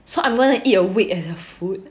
so I'm gonna eat a week of that food